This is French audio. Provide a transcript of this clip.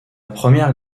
première